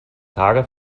tage